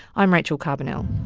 i'm rachel carbonell.